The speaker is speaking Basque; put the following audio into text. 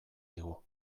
digu